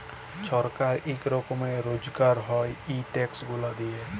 ছরকারের ইক রকমের রজগার হ্যয় ই ট্যাক্স গুলা দিঁয়ে